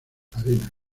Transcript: arena